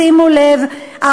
שימו לב,